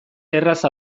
erraz